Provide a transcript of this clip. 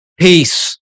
Peace